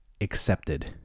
accepted